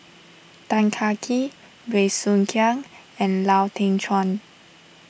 Tan Kah Kee Bey Soo Khiang and Lau Teng Chuan